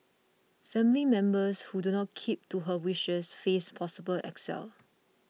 family members who do not keep to her wishes face possible exile